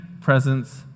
presence